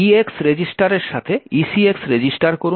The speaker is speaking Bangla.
EX রেজিস্টারের সাথে ECX রেজিস্টার করুন